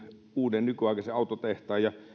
uuden nykyaikaisen autotehtaan ja